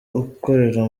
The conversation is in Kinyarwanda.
ukorera